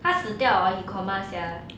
他死掉 ah or he coma sia